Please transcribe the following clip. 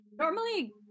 normally